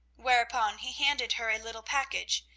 whereupon he handed her a little package,